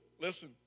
listen